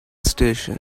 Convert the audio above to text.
station